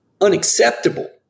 unacceptable